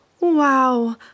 Wow